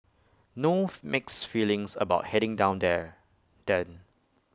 no mixed feelings about heading down there then